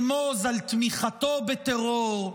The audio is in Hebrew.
לרמוז על תמיכתו בטרור,